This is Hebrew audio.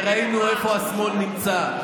וראינו איפה השמאל נמצא.